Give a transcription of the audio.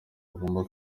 bagomba